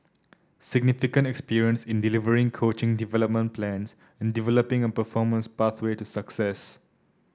significant experience in delivering coaching development plans and developing a performance pathway to success